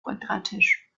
quadratisch